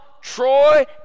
Troy